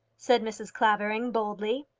said mrs. clavering boldly.